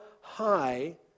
high